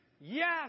yes